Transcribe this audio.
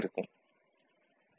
T4 T3 saturate at Vi 2 x 0